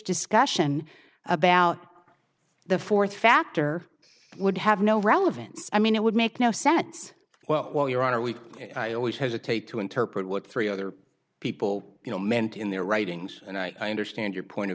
discussion about the fourth factor would have no relevance i mean it would make no sense well your honor we always hesitate to interpret what three other people you know meant in their writings and i understand your point of